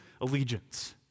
allegiance